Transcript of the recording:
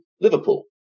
Liverpool